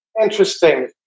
Interesting